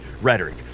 rhetoric